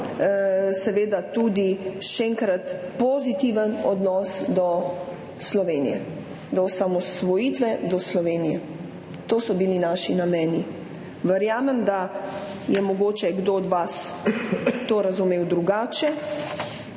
enkrat, tudi pozitiven odnos do Slovenije, do osamosvojitve, do Slovenije. To so bili naši nameni. Verjamem, da je mogoče kdo od vas to razumel drugače,